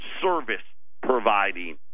service-providing